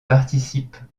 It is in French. participent